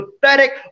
pathetic